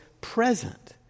present